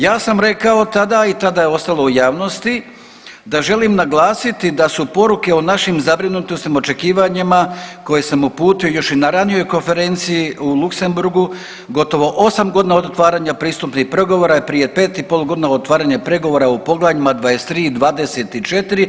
Ja sam rekao tada i tada je ostalo u javnosti da želim naglasiti da su poruke o našim zabrinutostima, očekivanjima koje sam uputio još i na ranijoj konferenciji u Luksemburgu gotovo 8 godina od otvaranja pristupnih pregovora i prije 5 i pol godina od otvaranja pregovora u poglavljima 23. i 24.